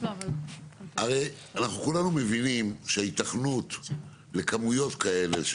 הרי אנחנו כולנו מבינים שההיתכנות לכמויות כאלה,